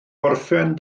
gorffen